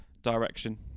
direction